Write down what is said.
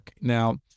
now